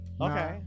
Okay